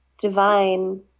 divine